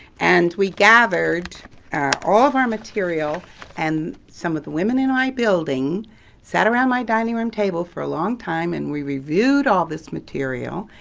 and we gathered all of our material and some of the women in my building sat around my dining room table for a long time and we reviewed all this material.